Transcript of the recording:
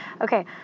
Okay